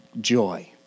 joy